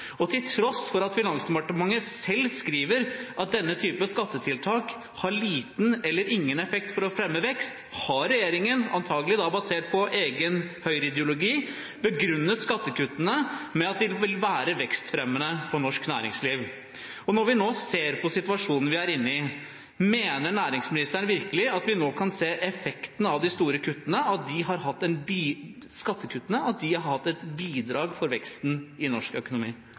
Til tross for at Finansdepartementet selv skriver at denne typen skattetiltak har liten eller ingen effekt for å fremme vekst, har regjeringen – antagelig da basert på egen høyreideologi – begrunnet skattekuttene med at de vil være vekstfremmende for norsk næringsliv. Når vi nå ser på situasjonen vi er inne i, mener næringsministeren virkelig at vi nå kan se effektene av de store kuttene, at skattekuttene har hatt et bidrag for veksten i norsk økonomi?